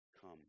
come